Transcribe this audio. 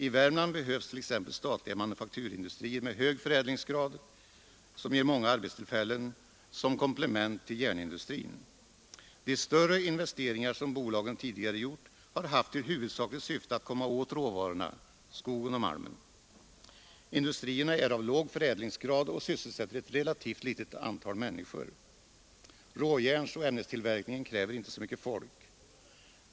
I Värmland behövs t.ex. som komplement till järnindustrin statliga manufakturindustrier med hög förädlingsgrad, vilka ger många arbetstillfällen. De större investeringar som bolagen tidigare gjort har haft till huvudsakligt syfte att komma åt råvarorna — skogen och malmen. Industrierna är av låg förädlingsgrad och sysselsätter ett relativt litet antal människor. Råjärnsoch ämnestillverkningen kräver inte särskilt mycket folk.